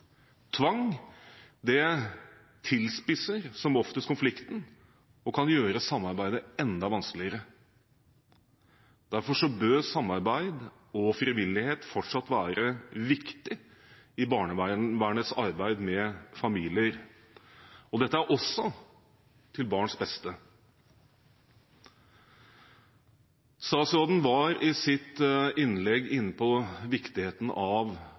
Tvang tilspisser som oftest konflikten og kan gjøre samarbeidet enda vanskeligere. Derfor bør samarbeid og frivillighet fortsatt være viktig i barnevernets arbeid med familier. Dette er også til barns beste. Statsråden var i sitt innlegg inne på viktigheten av